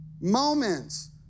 moments